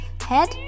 head